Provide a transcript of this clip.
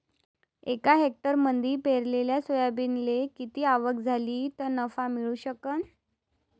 एका हेक्टरमंदी पेरलेल्या सोयाबीनले किती आवक झाली तं नफा मिळू शकन?